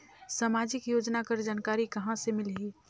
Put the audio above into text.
समाजिक योजना कर जानकारी कहाँ से मिलही?